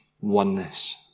oneness